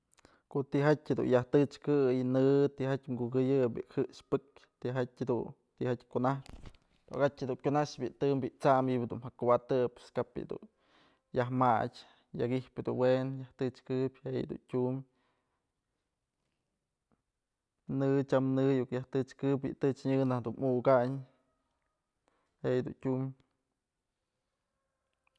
Ku tijatyë dun yaj tëchkëy në tijatyë kukeyëp në jëx pekyë tijatyë dun tijatyë kunaxpë, tokatyë dun kunax bi'i tëm bi'i sam ji'ib dun jëk kuwa'atëp pues kap bi'i dun yaj matyë yak i'ijpë dun wenë yaj tëchkëbyë je'e yëdun tyumbë në tyam në iuk yaj tëch këbyë bi'i tëchnyë najk dun mukayn je'e yëdun tyum.